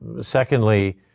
Secondly